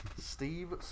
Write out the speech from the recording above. Steve